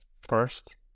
first